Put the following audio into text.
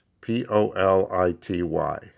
P-O-L-I-T-Y